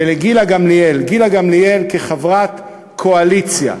ולגילה גמליאל, גילה גמליאל, כחברת הקואליציה,